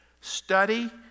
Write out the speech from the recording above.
study